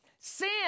Sin